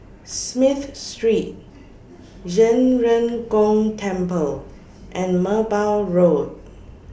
Smith Street Zhen Ren Gong Temple and Merbau Road